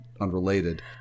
unrelated